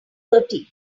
thirty